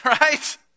Right